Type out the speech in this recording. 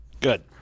Good